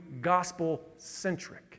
gospel-centric